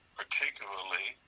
particularly